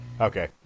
Okay